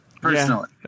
Personally